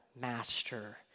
master